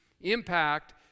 impact